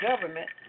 government